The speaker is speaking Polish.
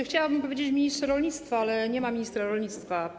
Chciałabym powiedzieć: ministrze rolnictwa, ale nie ma ministra rolnictwa.